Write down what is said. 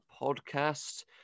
podcast